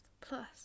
plus